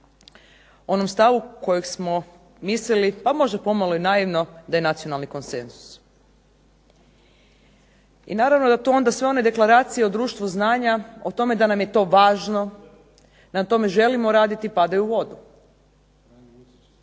onom stavu kojeg smo mislili pa možda pomalo i naivno da je nacionalni konsenzus. I naravno da tu onda sve one deklaracije o društvu znanja, o tome da nam je to važno, da na tome želimo raditi padaju u vodu.